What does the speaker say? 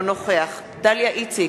אינו נוכח דליה איציק,